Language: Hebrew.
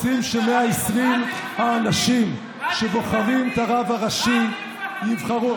אנחנו רוצים ש-120 האנשים שבוחרים את הרב הראשי יבחרו,